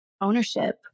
ownership